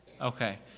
okay